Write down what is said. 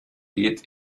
geht